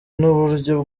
n’uburyo